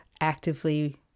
actively